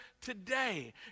today